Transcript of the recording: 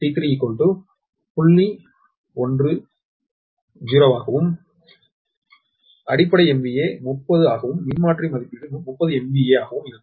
10 ஆகவும் அடிப்படை MVA 30 ஆகவும் மின்மாற்றி மதிப்பீடு 30 MVA ஆகவும் இருக்கும்